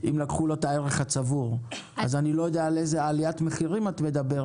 אז אני לא יודע על איזו עליית מחירים את מדברת,